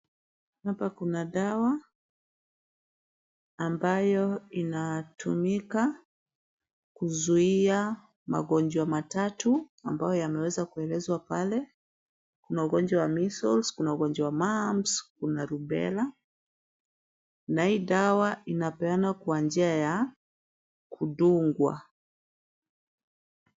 Hapa kuna dawa ambayo inatumika kuzuia magonjwa matatu ambayo yameweza kuelezwa pale. Kuna ugonjwa wa measles kuna ugonjwa wa [ cs] mumps na rubella . Na hii dawa inapeanwa kwa njia ya kudungwa.